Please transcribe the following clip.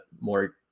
more